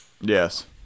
Yes